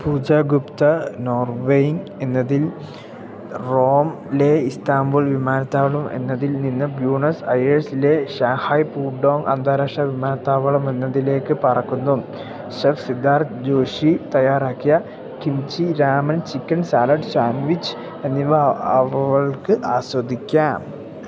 പൂജ Gupta Norwegian എന്നതിൽ Rome ലെ Istanbul വിമാനത്താവളം എന്നതിൽ നിന്ന് ബ്യൂണസ് ആരീസിലെ ഷാങ്ഹായ് പുഡോംഗ് അന്താരാഷ്ട്ര വിമാനത്താവളം എന്നതിലേക്ക് പറക്കുന്നു ഷെഫ് സിദ്ധാർത്ഥ് ജോഷി തയ്യാറാക്കിയ kimchi ramen chicken salad sandwich എന്നിവ അവൾക്ക് ആസ്വദിക്കാം